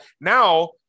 now